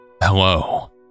Hello